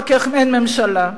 רק אין ממשלה.